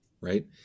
right